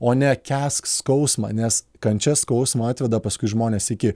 o ne kęsk skausmą nes kančia skausmo atveda paskui žmones iki